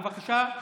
בבקשה.